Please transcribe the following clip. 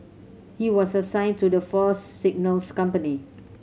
he was assigned to the Force's Signals company